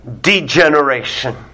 degeneration